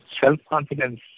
Self-confidence